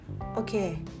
Okay